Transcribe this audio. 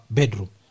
bedroom